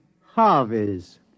Harvey's